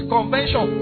Convention